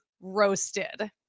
roasted